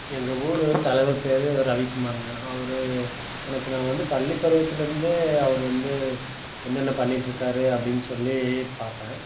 எங்கள் ஊர் தலைவர் பேர் ரவி குமாருங்க அவர் எனக்கு நான் வந்து பள்ளிப்பருவத்தில் இருந்தே அவர் வந்து என்னென்ன பண்ணிட்டிருக்காரு அப்படின்னு சொல்லி பார்ப்பேன்